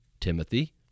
timothy